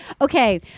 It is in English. Okay